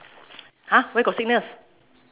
!huh! where got sickness